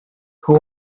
who